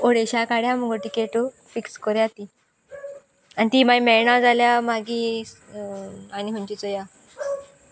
ओडेशा काड्या मुगो ticket fix कोया ती आनी ती मागीर मेळना जाल्या मागी आनी खंचीचोया